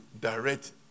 direct